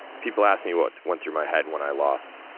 people, ask me what went through my head when i lost